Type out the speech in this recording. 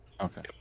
Okay